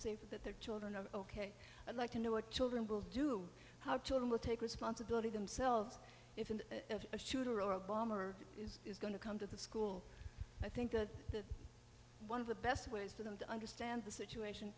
safe that their children of ok and like to know what children will do how to them will take responsibility themselves if and if a shooter or a bomber is is going to come to the school i think that the one of the best ways to them to understand the situation